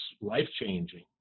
life-changing